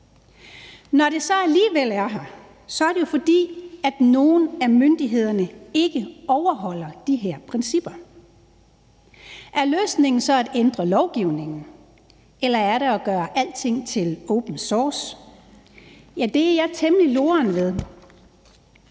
Når det så alligevel er her, er det jo, fordi nogle af myndighederne ikke overholder de her principper. Er løsningen så at ændre lovgivningen, eller er det at gøre alting til open source? Det er jeg temmelig loren ved.